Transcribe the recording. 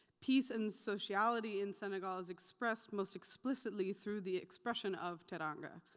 peace and sociality in senegal is expressed most explicitly through the expression of teranga,